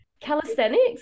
calisthenics